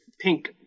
pink